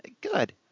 Good